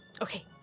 Okay